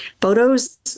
Photos